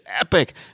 epic